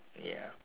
ya